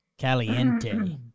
Caliente